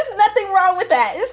nothing wrong with that